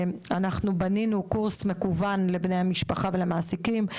אנחנו בנינו קורס מקוון לבני המשפחה ולמעסיקים,